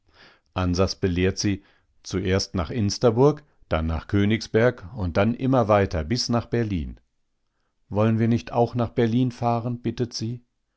ansas belehrt sie zuerst nach insterburg dann nach königsberg und dann immer weiter bis nach berlin wollen wir nicht auch nach berlin fahren bittet sie